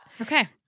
Okay